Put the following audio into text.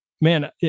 man